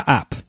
app